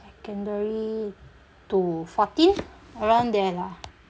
secondary two fourteen around there lah